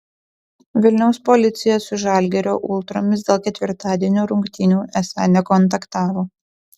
vilniaus policija su žalgirio ultromis dėl ketvirtadienio rungtynių esą nekontaktavo